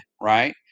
Right